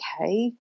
okay